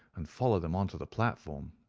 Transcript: and followed them on to the platform.